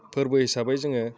फोरबो हिसाबै जोङो